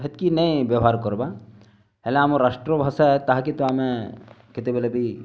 ହେତ୍କି ନାଇଁ ବେବହାର୍ କର୍ବା ହେଲେ ଆମର୍ ରାଷ୍ଟ୍ର ଭାଷା ତାହାକେ ତ ଆମେ କେତେବେଲେ ବି